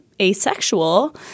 asexual